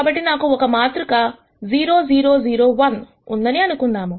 కాబట్టి నాకు ఒక మాతృక 0 0 0 1 ఉందనుకుందాం